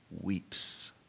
weeps